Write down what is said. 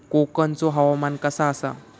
कोकनचो हवामान कसा आसा?